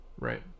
right